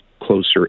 closer